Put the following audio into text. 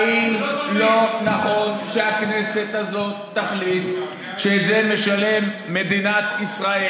האם לא נכון שהכנסת הזאת תחליט שאת זה תשלם מדינת ישראל?